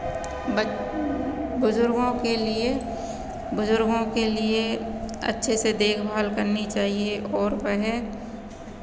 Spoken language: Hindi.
बुज़ुर्गों के लिए बुजुर्गों के लिए अच्छे से देखभाल करनी चाहिए और वह